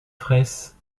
fraysse